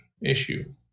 issue